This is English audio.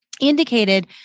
indicated